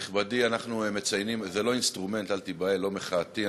נכבדי, זה לא אינסטרומנט, אל תיבהל, לא מחאתי.